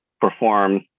perform